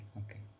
okay